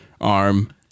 arm